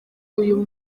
uyu